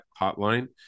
hotline